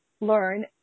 learn